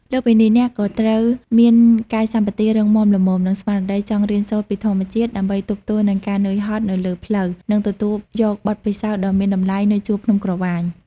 លើសពីនេះអ្នកក៏ត្រូវមានកាយសម្បទារឹងមាំល្មម និងស្មារតីចង់រៀនសូត្រពីធម្មជាតិ ដើម្បីទប់ទល់នឹងការនឿយហត់នៅលើផ្លូវ និងទទួលយកបទពិសោធន៍ដ៏មានតម្លៃនៅជួរភ្នំក្រវាញ។